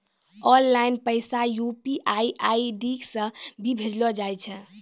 online पैसा UPI ID से भी भेजलो जाय छै